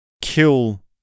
kill